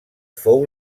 fou